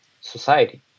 society